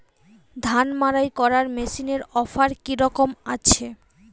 ধান মাড়াই করার মেশিনের অফার কী রকম আছে?